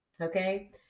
Okay